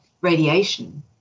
radiation